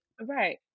Right